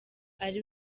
ari